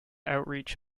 outreach